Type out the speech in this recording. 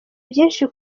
byinshi